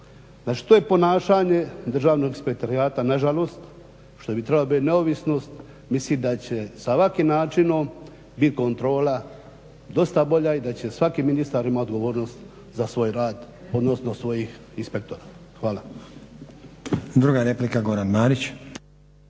Znači to je ponašanje Državnog inspektorata, nažalost, što bi trebala biti neovisnost. Mislim da će sa ovakvim načinom biti kontrola dosta bolja i da će svaki ministar imati odgovornost za svoj rad, odnosno svojih inspektora. Hvala. **Stazić, Nenad